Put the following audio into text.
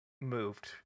moved